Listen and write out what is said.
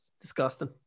Disgusting